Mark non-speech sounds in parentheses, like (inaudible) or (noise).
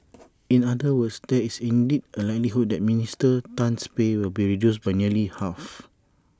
(noise) in other words there is indeed A likelihood that Minister Tan's pay will be reduced by nearly half